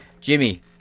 Jimmy